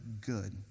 good